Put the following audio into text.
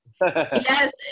yes